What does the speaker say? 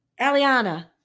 Aliana